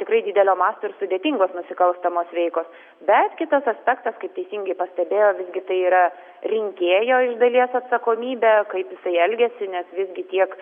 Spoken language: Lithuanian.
tikrai didelio masto ir sudėtingos nusikalstamos veikos bet kitas aspektas kaip teisingai pastebėjo visgi tai yra rinkėjo iš dalies atsakomybė kaip jisai elgiasi nes visgi tiek